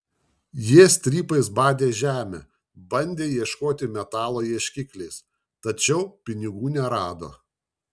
jie strypais badė žemę bandė ieškoti metalo ieškikliais tačiau pinigų nerado